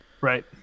right